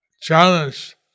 challenge